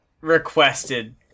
requested